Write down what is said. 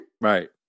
Right